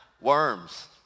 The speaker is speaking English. worms